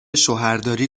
شوهرداری